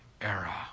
era